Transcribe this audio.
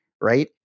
Right